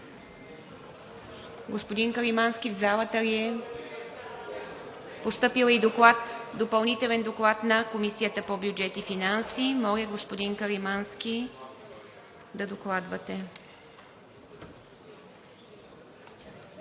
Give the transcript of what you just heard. Господин Каримански в залата ли е? Постъпил е Допълнителен доклад на Комисията по бюджет и финанси. Господин Каримански, моля да докладвате.